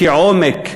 כעומק ההכנסה,